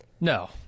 No